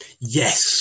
Yes